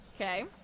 Okay